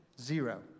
zero